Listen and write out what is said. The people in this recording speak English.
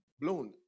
blown